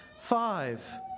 Five